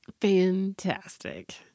Fantastic